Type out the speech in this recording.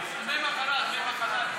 דמי מחלה, דמי מחלה.